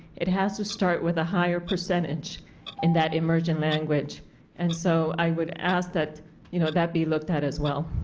it has to start with a higher percentage in the immersion language and so i would ask that you know that be looked at as well.